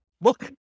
look